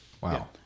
Wow